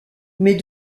mais